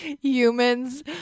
humans